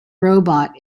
robot